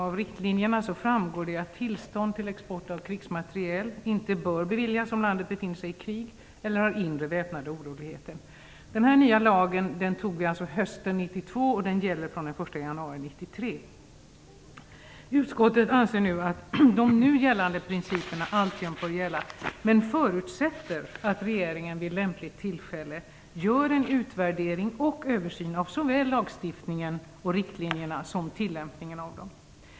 Av riktlinjerna framgår det att tillstånd till export av krigsmateriel inte bör beviljas om landet befinner sig i krig eller har inre väpnade oroligheter. Den här nya lagen antog vi hösten 1992, och den gäller från den 1 januari 1993. Utskottet anser att de nu gällande principerna alltjämt bör gälla, men förutsätter att regeringen vid lämpligt tillfälle gör en utvärdering och översyn av såväl lagstiftningen och riktlinjerna som tillämpningen av dem.